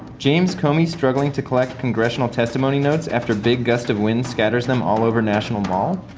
james comey's struggling to collect congressional testimony notes after big gust of wind scatters them all over national mall